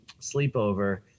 sleepover